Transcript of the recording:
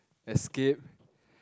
escape